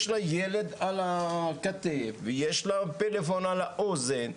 יש לה ילד על הכתף ויש לה פלאפון על האוזן,